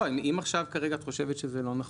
לא, אם עכשיו את חושבת שזה לא נכון,